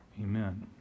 Amen